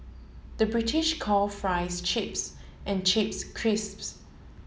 the British call fries chips and chips crisps